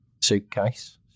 suitcase